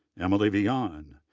emily vian,